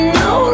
no